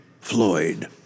Floyd